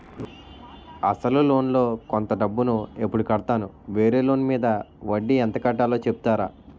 అసలు లోన్ లో కొంత డబ్బు ను ఎప్పుడు కడతాను? వేరే లోన్ మీద వడ్డీ ఎంత కట్తలో చెప్తారా?